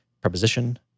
preposition